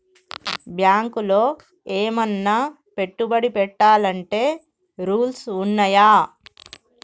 బ్యాంకులో ఏమన్నా పెట్టుబడి పెట్టాలంటే రూల్స్ ఉన్నయా?